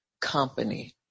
company